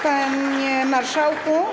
Panie Marszałku!